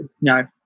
no